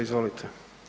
Izvolite.